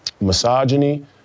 misogyny